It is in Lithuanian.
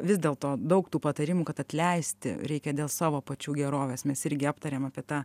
vis dėlto daug tų patarimų kad atleisti reikia dėl savo pačių gerovės mes irgi aptarėm apie tą